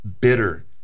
bitter